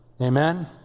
Amen